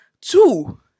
two